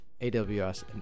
aws